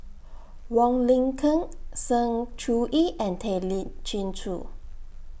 Wong Lin Ken Sng Choon Yee and Tay Lee Chin Joo